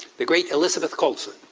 the great elizabeth colson,